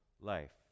life